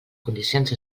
condicions